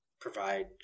provide